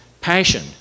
passion